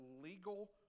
legal